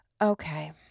Okay